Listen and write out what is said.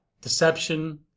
deception